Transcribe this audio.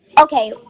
okay